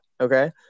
okay